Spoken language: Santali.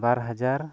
ᱵᱟᱨ ᱦᱟᱡᱟᱨ